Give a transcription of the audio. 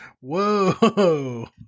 Whoa